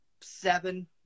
seven